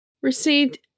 received